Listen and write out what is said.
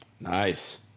Nice